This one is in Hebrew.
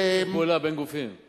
שיתוף פעולה בין גופים.